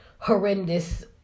horrendous